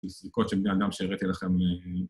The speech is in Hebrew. מסריקות של בני אדם שהראתי לכם